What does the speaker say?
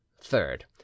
Third